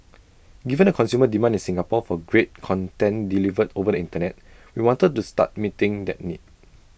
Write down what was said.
given the consumer demand in Singapore for great content delivered over the Internet we wanted to start meeting that need